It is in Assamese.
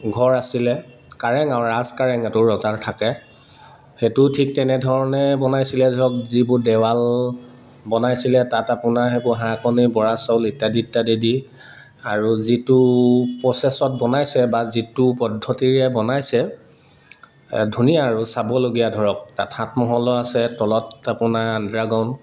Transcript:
ঘৰ আছিলে কাৰেং আৰু ৰাজ কাৰেংটো ৰজা থাকে সেইটোও ঠিক তেনেধৰণে বনাইছিলে ধৰক যিবোৰ দেৱাল বনাইছিলে তাত আপোনাৰ সেইবোৰ হাঁহ কণী বৰা চাউল ইত্যাদি ইত্যাদি দি আৰু যিটো প্ৰচেছত বনাইছে বা যিটো পদ্ধতিৰে বনাইছে ধুনীয়া আৰু চাবলগীয়া ধৰক তাত সাতমহলো আছে তলত আপোনাৰ আণ্ডাৰগাউন